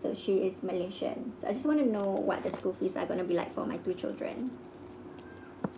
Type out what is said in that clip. so she is malaysian I just want to know what are the school fees are gonna be like for my two children um